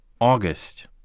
August